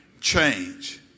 change